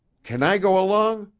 can i go along?